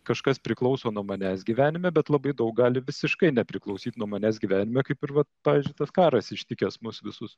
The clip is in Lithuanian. kažkas priklauso nuo manęs gyvenime bet labai daug gali visiškai nepriklausyt nuo manęs gyvenime kaip ir vat pavyzdžiui tas karas ištikęs mus visus